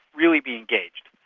really be engaged.